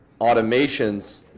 automations